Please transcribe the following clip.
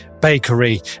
bakery